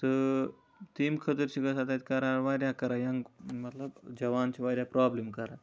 تہٕ تمہِ خٲطرٕ چھِ گَژھان تَتہِ کَران واریاہ کَران یَنہٕ مَطلَب جَوان چھِ واریاہ پرابلم کَران